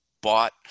bought